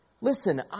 listen